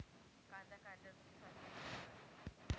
कांदा काढल्यावर त्याची साठवण कशी करावी?